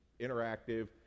interactive